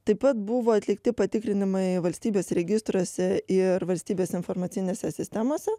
taip pat buvo atlikti patikrinimai valstybės registruose ir valstybės informacinėse sistemose